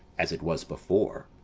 as it was before.